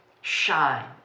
shine